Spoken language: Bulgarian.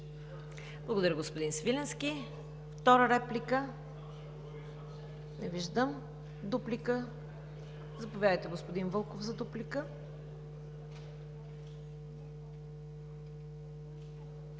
уважаеми господин Свиленски. Втора реплика? Няма. Дуплика? Заповядайте, господин Вълков, за дуплика.